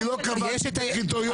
אני לא קבעתי את הקריטריון הזה.